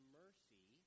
mercy